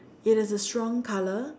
it is a strong colour